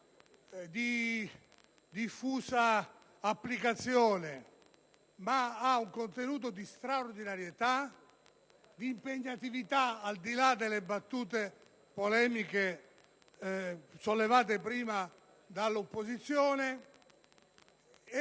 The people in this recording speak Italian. di diffusa applicazione, ma hanno un contenuto straordinario ed impegnativo, al di là delle battute polemiche sollevate prima dall'opposizione,